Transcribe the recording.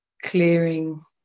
clearing